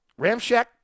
Ramshack